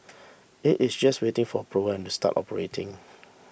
it is just waiting for approval to start operating